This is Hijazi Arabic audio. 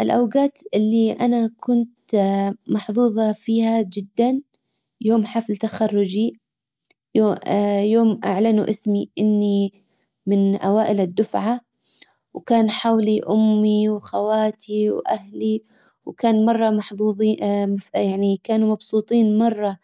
الاوجات اللي انا كنت محظوظة فيها جدا يوم حفل تخرجي يوم اعلنوا اسمي اني من اوائل الدفعة وكان حولي امي وخواتي واهلي وكان مرة محظوظين يعني كانوا مبسوطين مرة